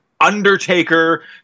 Undertaker